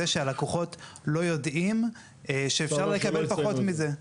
שהלקוחות לא יודעים שאפשר לקבל פחות מזה.